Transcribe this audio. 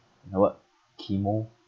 uh what chemo